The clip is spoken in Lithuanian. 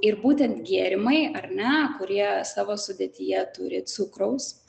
ir būtent gėrimai ar ne kurie savo sudėtyje turi cukraus